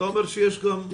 אתה אומר שיש גם יותר.